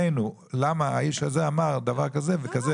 למה האיש הזה אמר דבר כזה וכזה?